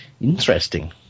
Interesting